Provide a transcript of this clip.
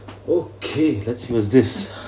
okay let's see what's this